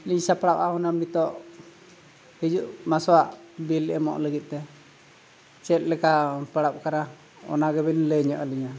ᱞᱤᱧ ᱥᱟᱯᱲᱟᱜᱼᱟ ᱦᱩᱱᱟᱹᱝ ᱱᱤᱛᱳᱜ ᱦᱤᱡᱩᱜ ᱢᱟᱥᱟᱜ ᱮᱢᱚᱜ ᱞᱟᱹᱜᱤᱫ ᱛᱮ ᱪᱮᱫ ᱞᱮᱠᱟ ᱯᱟᱲᱟ ᱟᱠᱟᱱᱟ ᱚᱱᱟ ᱜᱮᱵᱤᱱ ᱞᱟᱹᱭ ᱧᱚᱜ ᱟᱹᱞᱤᱧᱟ